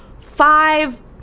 five